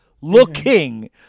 looking